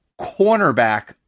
cornerback